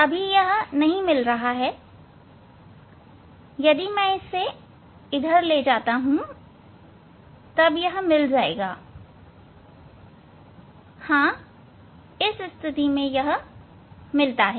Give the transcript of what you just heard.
अभी यह नहीं मिल रहा है यदि मैं इसे ले जाता हूं तब यह मिल जाएगा हां यह इस स्थिति में मिलता है